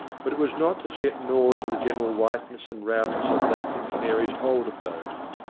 but it was not as yet gnawed to the general whiteness and roundness of that in canary's old abode.